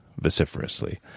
vociferously